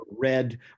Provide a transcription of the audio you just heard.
red